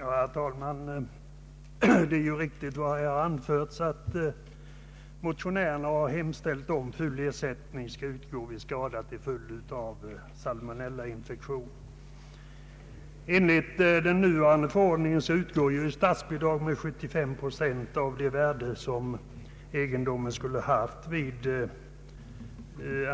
Herr talman! Det är riktigt som här anförts, att motionärerna hemställt om att full ersättning må utgå vid skada till följd av salmonellainfektion. Enligt den nuvarande förordningen utgår statsbidrag med 75 procent av det värde som egendomen skulle ha